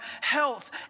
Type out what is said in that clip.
health